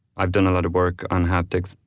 i've done a lot of work on haptics,